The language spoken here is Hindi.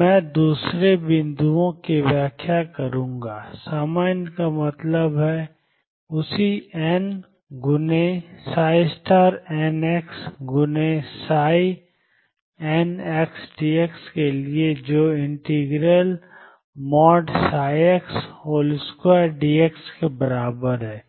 मैं दूसरे बिंदुओं की व्याख्या करूंगा सामान्य का मतलब है कि उसी n nxndx के लिए जो ψ2dx के बराबर है